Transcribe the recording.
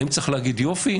האם צריך להגיד יופי?